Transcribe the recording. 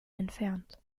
entfernt